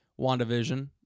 WandaVision